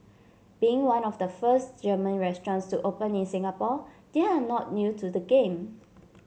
being one of the first German restaurants to open in Singapore they are not new to the game